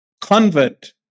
convert